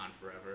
Forever